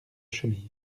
chemise